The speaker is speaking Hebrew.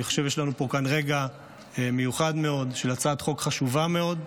אני חושב שיש לנו כאן רגע מיוחד מאוד של הצעת חוק חשובה מאוד,